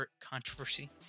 controversy